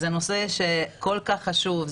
זה נושא כל כך חשוב,